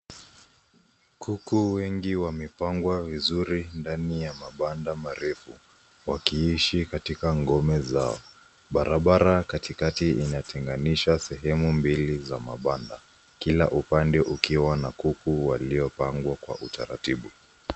Kuku wengi wamepangwa vizuri ndani ya mabanda marefu, wakiishi katika ngome zao. Barabara katikati inatenganisha sehemu mbili za mabanda, kila upande ukiwa na kuku waliopangwa kwa utaratibu.